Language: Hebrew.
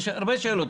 יש הרבה שאלות.